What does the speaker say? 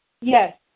Yes